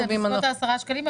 זה בסביבות העשרה שקלים,